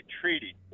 treaty